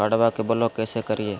कार्डबा के ब्लॉक कैसे करिए?